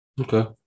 Okay